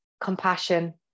compassion